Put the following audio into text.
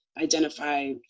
identify